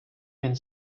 він